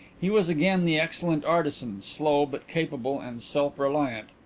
he was again the excellent artisan, slow but capable and self-reliant.